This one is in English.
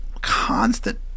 constant